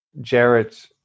Jarrett